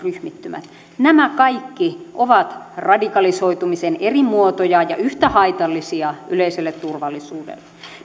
ryhmittymät nämä kaikki ovat radikalisoitumisen eri muotoja ja yhtä haitallisia yleiselle turvallisuudelle